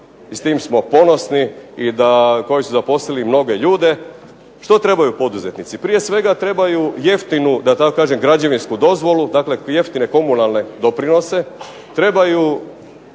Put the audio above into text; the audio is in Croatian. s tim smo ponosni i da koji su zaposlili mnoge ljude. Što trebaju poduzetnici? Prije svega trebaju jeftinu, da tako kažem, građevinsku dozvolu, dakle jeftine komunalne doprinose,